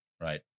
Right